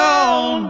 on